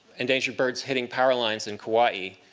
endangered birds hitting power lines in kauai.